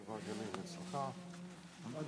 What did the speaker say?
נכבדה, יש מעט